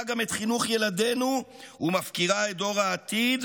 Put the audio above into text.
גם את חינוך ילדינו ומפקירה את דור העתיד,